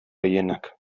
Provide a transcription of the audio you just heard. gehienak